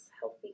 healthy